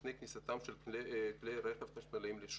ובפני כניסתם של כלי רכב חשמליים לשוק.